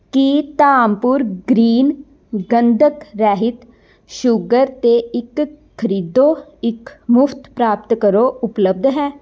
ਕੀ Dhampur green ਗੰਧਕ ਰਹਿਤ sugar 'ਤੇ ਇੱਕ ਖਰੀਦੋ ਇੱਕ ਮੁਫਤ ਪ੍ਰਾਪਤ ਕਰੋ ਉਪਲੱਬਧ ਹੈ